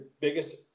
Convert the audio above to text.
biggest